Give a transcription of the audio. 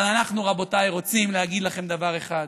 אבל אנחנו, רבותיי, רוצים להגיד לכם דבר אחד: